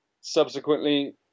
subsequently